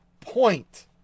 point